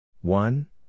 One